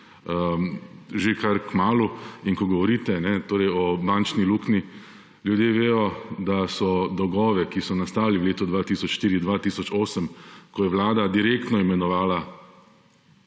že kar kmalu in ko govorite, kajne, torej o bančni luknji, ljudje vejo, da so dolgove, ki so nastali v letu 2004, 2008, ko je Vlada direktno imenovala